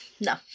No